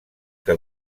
que